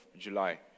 July